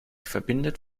verbindet